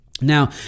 Now